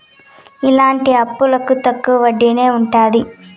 ఇలాంటి అప్పులకు తక్కువ వడ్డీనే ఉంటది